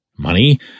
money